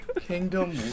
Kingdom